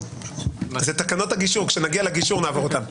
זה תקנות הגישור, כשנגיע לגישור נעבור אותם.